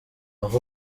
aha